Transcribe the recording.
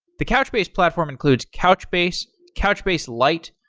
the couchbase platform includes couchbase, couchbase lite,